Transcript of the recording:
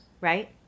right